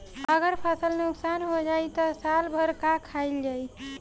अगर फसल नुकसान हो जाई त साल भर का खाईल जाई